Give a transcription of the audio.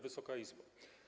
Wysoka Izbo!